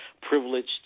privileged